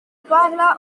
parla